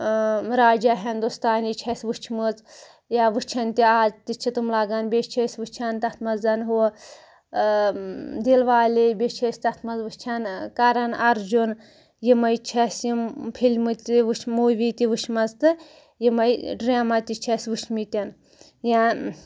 راجا ہندوستانی چھِ اَسہِ وٕچھمٕژ یا وٕچھَن تہِ آز تہِ چھِ تِم لاگان بیٚیہِ چھِ أسۍ وٕچھان تتھ مَنز ہُہ دِل والے بیٚیہِ چھِ أسۍ تتھ مَنٛز وٕچھان کَرَن ارجُن یِمٕے چھِ اَسہِ یم فلمہٕ تہٕ وچھ موٗوی تہِ وٕچھمَژٕ تہٕ یِمٕے ڈراما تہِ چھِ اَسہِ وٕچھمٕتۍ یا